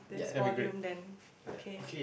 this volume then okay